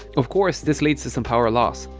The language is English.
of-course this leads to some power loss,